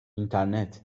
i̇nternet